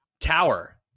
Tower